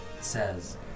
says